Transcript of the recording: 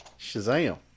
Shazam